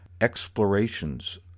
explorations